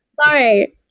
Sorry